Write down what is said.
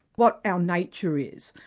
what our nature is,